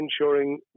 ensuring